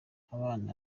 abana